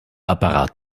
apparat